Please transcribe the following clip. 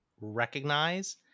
recognize